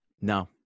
No